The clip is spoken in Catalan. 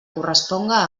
corresponga